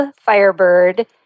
Firebird